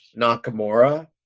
Nakamura